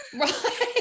right